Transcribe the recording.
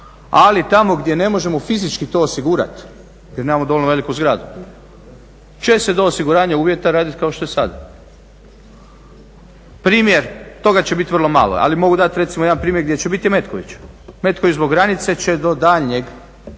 ali tamo gdje ne možemo fizički to osigurati jer nemamo dovoljno veliku zgradu će se do osiguranja uvjeta raditi kao što je i sada. Primjer toga će biti vrlo malo, ali mogu dati recimo jedan primjer gdje će biti i Metković. Metković zbog granice će do daljnjeg